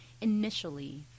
initially